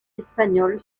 espagnole